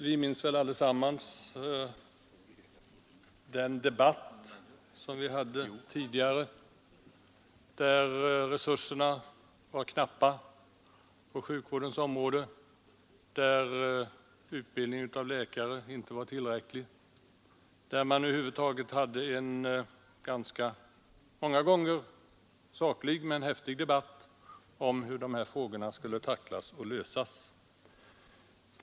Vi minns väl allesammans den debatt som vi hade tidigare när resurserna på sjukvårdens område var knappa, när utbildningen av läkare inte var tillräcklig och när man över huvud taget hade en saklig men många gånger häftig debatt om hur dessa frågor skulle tacklas och lösas.